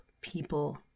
people